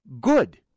good